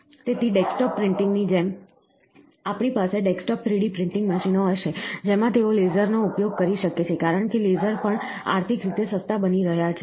તેથી desktop printing ની જેમ આપણી પાસે ડેસ્કટોપ 3D પ્રિન્ટિંગ મશીનો હશે જેમાં તેઓ લેસરનો ઉપયોગ કરી શકે છે કારણ કે લેસર પણ આર્થિક રીતે સસ્તા બની રહ્યા છે